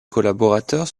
collaborateurs